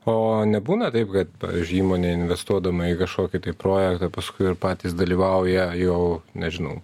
o nebūna taip kad pavyzdžiui įmonė investuodama į kažkokį tai projektą paskui ir patys dalyvauja jau nežinau